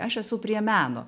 aš esu prie meno